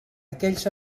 aquells